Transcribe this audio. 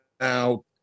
now